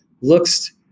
looks